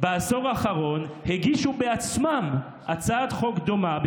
בעשור האחרון הגישו בעצמם הצעת חוק דומה,